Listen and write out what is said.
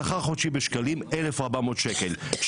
שכר חודשי בשקלים 1,400 שקל,